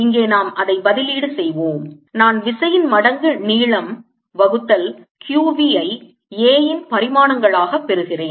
இங்கே நாம் அதை பதிலீடு செய்வோம் நான் விசையின் மடங்கு நீளம் வகுத்தல் q v ஐ A இன் பரிமாணங்களாகப் பெறுகிறேன்